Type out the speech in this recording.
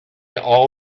all